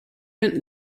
den